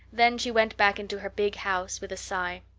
then she went back into her big house with a sigh.